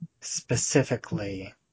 specifically